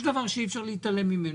יש דבר שאי אפשר להתעלם ממנו,